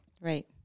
Right